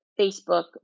Facebook